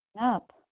up